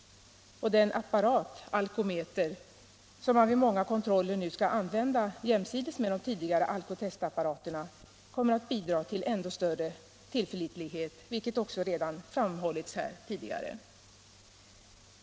Och den apparat, Alcometer, som man vid många kontroller nu skall använda jämsides med de tidigare alkotestapparaterna kommer att bidra till ändå större tillförlitlighet, vilket också framhållits här tidigare.